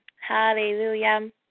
Hallelujah